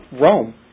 Rome